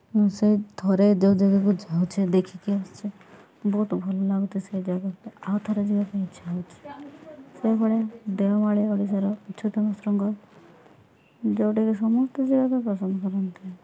ମୁଁ ସେଇ ଥରେ ଯେଉଁ ଜାଗାକୁ ଯାଉଛେ ଦେଖିକି ଆସୁଛେ ବହୁତ ଭଲ ଲାଗୁଛି ସେ ଜାଗାଟା ଆଉ ଥର ଯିବା ପାଇଁ ଇଚ୍ଛା ହେଉଛି ସେହିଭଳି ଦେଓମାଳି ଓଡ଼ିଶାର ଉଚ୍ଚତମ ଶୃଙ୍ଗ ଯେଉଁଟାକି ସମସ୍ତେ ଯିବାକୁ ପସନ୍ଦ କରନ୍ତି